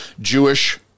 Jewish